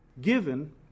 Given